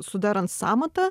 sudarant sąmatą